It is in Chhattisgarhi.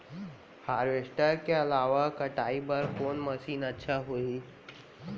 हारवेस्टर के अलावा कटाई बर कोन मशीन अच्छा होही?